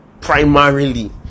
primarily